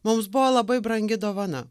mums buvo labai brangi dovana